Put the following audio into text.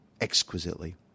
exquisitely